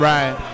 Right